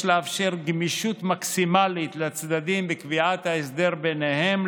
יש לאפשר גמישות מקסימלית לצדדים בקביעת ההסדר ביניהם,